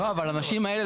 האנשים האלה,